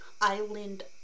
island